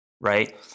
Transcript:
right